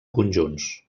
conjunts